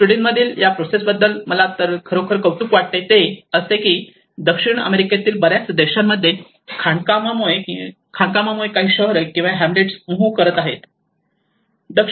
Sweden मधील या process बद्दल मला जे खरोखर कौतुक वाटते ते असे की दक्षिण अमेरिकेतील बर्याच देशां मध्ये खाणकाममुळे काही शहरे किंवा काही हॅमलेट्स मूव्ह करत आहे